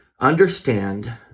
Understand